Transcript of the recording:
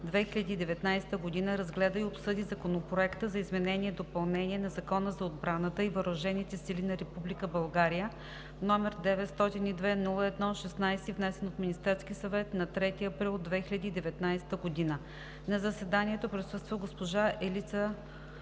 2019 г., разгледа и обсъди Законопроекта за изменение и допълнение на Закона за отбраната и въоръжените сили на Република България, № 902-01-16, внесен от Министерския съвет на 3 април 2019 г. На заседанието присъства госпожа Елица